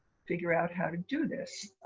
figure out how to do this.